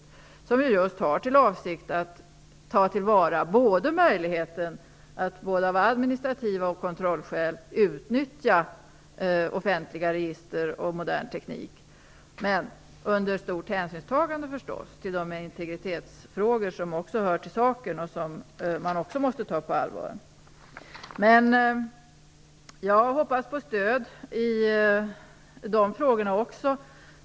Avsikten är just att av både administrativa skäl och kontrollskäl ta till vara möjligheten att utnyttja offentliga register och modern teknik. Men det måste naturligtvis ske med stor hänsyn till de därtill hörande integritetsfrågorna som också måste tas på allvar. Jag hoppas på stöd också i dessa frågor.